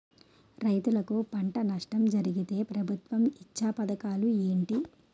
రైతులుకి పంట నష్టం జరిగితే ప్రభుత్వం ఇచ్చా పథకాలు ఏంటి?